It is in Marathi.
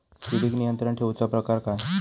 किडिक नियंत्रण ठेवुचा प्रकार काय?